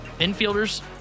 infielders